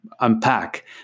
unpack